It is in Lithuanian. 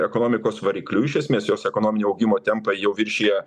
ekonomikos varikliu iš esmės jos ekonominio augimo tempai jau viršija